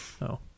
No